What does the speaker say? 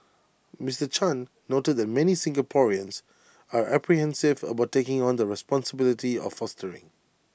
Mister chan noted that many Singaporeans are apprehensive about taking on the responsibility of fostering